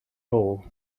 hole